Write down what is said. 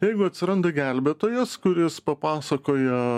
jeigu atsiranda gelbėtojas kuris papasakoja